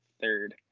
third